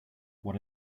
what